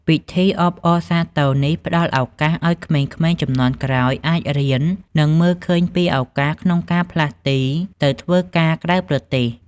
ពិធីអបអរសាទរនេះផ្តល់ឱកាសឱ្យក្មេងៗជំនាន់ក្រោយអាចរៀន និងមើលឃើញពីឱកាសក្នុងការផ្លាស់ទីទៅធ្វើការក្រៅប្រទេស។